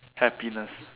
happiness